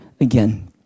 again